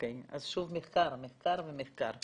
אז שוב, מחקר ומחקר ומחקר.